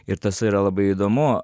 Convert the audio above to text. ir tas yra labai įdomu